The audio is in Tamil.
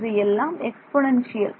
இவை எல்லாம் எக்ஸ்போனன்ஷியல்